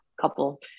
couple